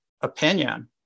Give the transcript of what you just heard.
opinion